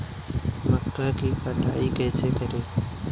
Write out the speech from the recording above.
मक्का की कटाई कैसे करें?